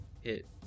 hit